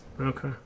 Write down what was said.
Okay